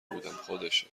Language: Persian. بودم، خودشه